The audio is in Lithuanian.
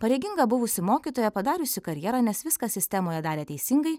pareiginga buvusi mokytoja padariusi karjerą nes viską sistemoje darė teisingai